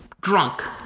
drunk